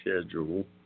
schedule